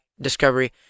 discovery